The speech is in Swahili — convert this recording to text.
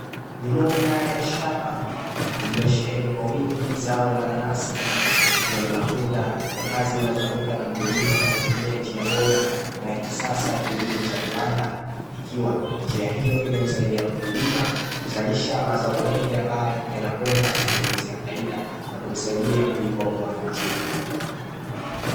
Ni moja ya shamba lililo sheheni kwa wingi zao la nanasi, ikiwa ni matunda ya kazi inayo fanyika na mkulima kwa kutumia njia bora na ya kisasa ya kilimo cha viwanda, ikiwa njia hiyo imemsaidia mkulima, kuzalisha mazao mengi ambayo yanakwenda kumuingizia faida na kumsaidia kujikwamua kiuchumi.